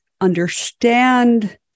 understand